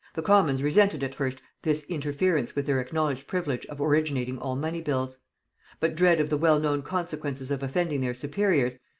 the commons resented at first this interference with their acknowledged privilege of originating all money bills but dread of the well-known consequences of offending their superiors,